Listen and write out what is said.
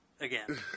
again